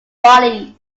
bodies